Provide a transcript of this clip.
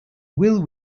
will